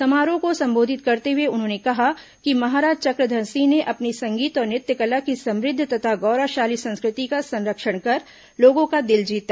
समारोह को सम्बोधित करते हुए उन्होंने कहा कि महाराज चक्रधर सिंह ने अपनी संगीत और नृत्य कला की समृद्ध तथा गौरवशाली संस्कृति का संरक्षण कर लोगों का दिल जीता